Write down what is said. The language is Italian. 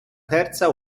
terza